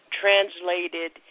translated